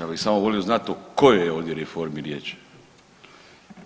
Ja bih samo volio znati o kojoj je ovdje reformi riječ